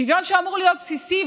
שוויון שאמור להיות בסיסי,